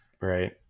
right